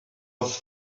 was